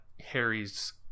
harry's